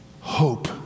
Hope